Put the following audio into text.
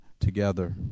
together